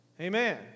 Amen